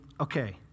okay